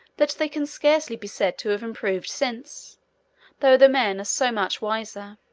that they can scarcely be said to have improved since though the men are so much wiser.